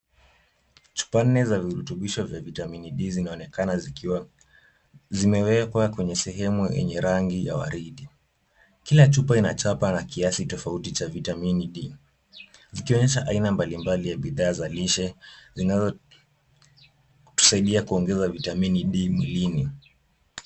Chupa nne za virutubisho vya vitamini D zinaonekana zikiwa, zimewekwa kwenye sehemu yenye rangi ya waridi. Kila chupa inachapa na kiasi tofauti cha vitamini D. Zikionyesha aina mbalimbali ya bidhaa za lishe, zinazotusaidia kuongeza vitamini D mwilini.